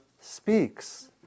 speaks